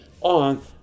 on